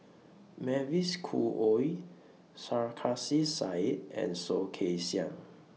Mavis Khoo Oei Sarkasi Said and Soh Kay Siang